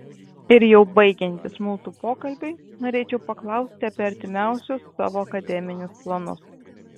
ir jau baigiantis mūsų pokalbiui norėčiau paklausti apie artimiausius savo akademinius planus